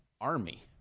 army